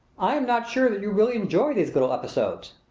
i am not sure that you really enjoy these little episodes.